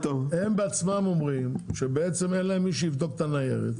הם בעצמם אומרים שלמעשה אין להם מי שיבדוק את הניירת.